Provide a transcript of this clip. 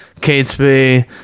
Catesby